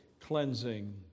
cleansing